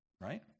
right